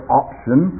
option